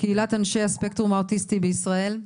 קהילת אנשי הספקטרום האוטיסטי בישראל.